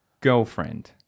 girlfriend